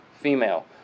female